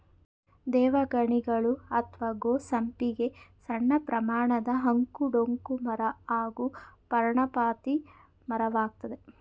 ದೇವಗಣಿಗಲು ಅತ್ವ ಗೋ ಸಂಪಿಗೆ ಸಣ್ಣಪ್ರಮಾಣದ ಅಂಕು ಡೊಂಕು ಮರ ಹಾಗೂ ಪರ್ಣಪಾತಿ ಮರವಾಗಯ್ತೆ